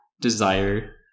desire